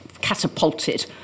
catapulted